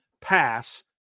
pass